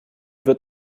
wird